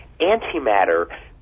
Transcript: antimatter